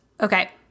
okay